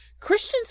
Christians